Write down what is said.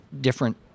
different